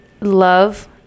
love